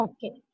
Okay